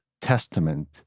Testament